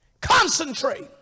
concentrate